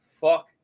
fuck